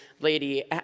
lady